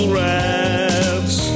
rats